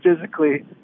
physically